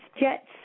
Jets